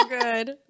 good